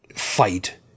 fight